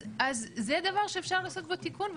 אז זה דבר שאפשר לעשות בו תיקון,